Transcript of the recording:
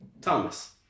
Thomas